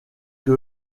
que